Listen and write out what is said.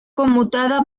conmutada